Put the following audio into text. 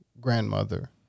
grandmother